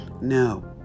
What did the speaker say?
No